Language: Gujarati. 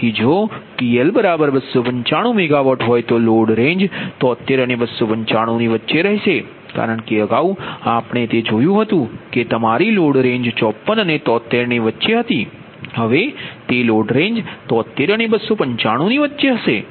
તેથી જો PL 295 MW હોય તો લોડ રેન્જ 73 અને 295 ની વચ્ચે રહેશે કારણ કે અગાઉ આપણે તે જોયું હતુ કે તમારી લોડ રેન્જ 54 અને 73 ની વચ્ચે હતી હવે તે લોડ રેન્જ 73 અને 295 ની વચ્ચે હશે